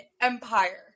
empire